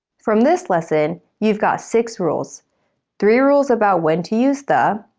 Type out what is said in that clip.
from this lesson, you've got six rules three rules about when to use the,